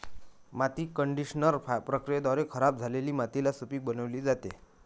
माती कंडिशनर प्रक्रियेद्वारे खराब झालेली मातीला सुपीक बनविली जाते